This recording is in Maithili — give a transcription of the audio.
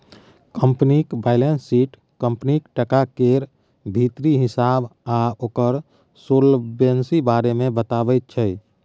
कंपनीक बैलेंस शीट कंपनीक टका केर भीतरी हिसाब आ ओकर सोलवेंसी बारे मे बताबैत छै